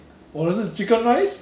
你有 try 过 chicken rice ice cream